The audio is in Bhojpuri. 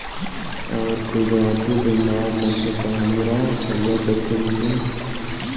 अगर कोई गारंटी देनदार नईखे त हमरा कर्जा कैसे मिली?